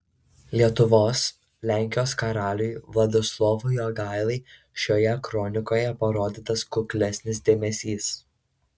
lietuvos lenkijos karaliui vladislovui jogailai šioje kronikoje parodytas kuklesnis dėmesys